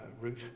route